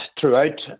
throughout